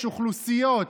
יש אוכלוסיות,